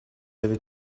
avait